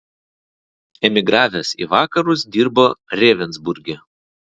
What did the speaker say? emigravęs į vakarus dirbo ravensburge